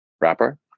wrapper